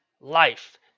life